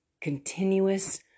continuous